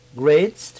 grades